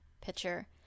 picture